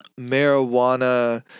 marijuana